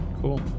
Cool